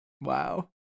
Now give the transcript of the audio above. Wow